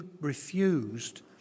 refused